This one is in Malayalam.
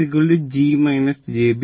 Y g jb 0